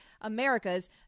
America's